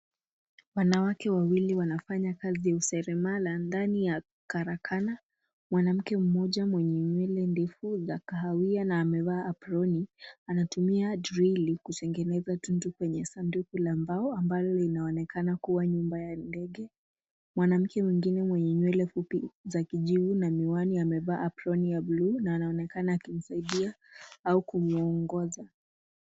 Wanawake wawili wanafanya kazi useremala ndani ya karakana. Mwanamke mmoja mwenye nywele ndefu za kahawia na amevaa aproni anatumia drili kutengeneza tundu kwenye sanduku la mbao ambalo linaonekana kuwa nyumba ya ndege. Mwanamke mwingine mwenye nywele fupi za kijivu na miwani amevaa aproni ya bluu na anaonekana akimsaidia au kumuongoza.